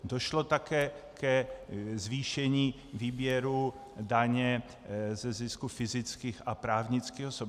Došlo také ke zvýšení výběru daně ze zisku fyzických a právnických osob.